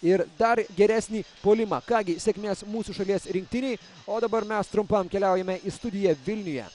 ir dar geresnį puolimą ką gi sėkmės mūsų šalies rinktinei o dabar mes trumpam keliaujame į studiją vilniuje